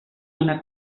una